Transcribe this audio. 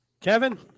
Kevin